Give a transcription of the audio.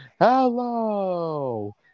Hello